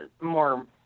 more